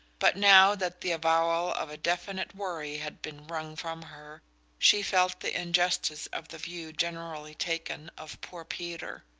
but now that the avowal of a definite worry had been wrung from her she felt the injustice of the view generally taken of poor peter.